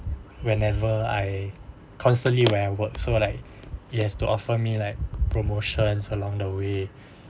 whenever I constantly where I work so like it has to offer me like promotions along the way